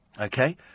Okay